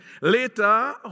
Later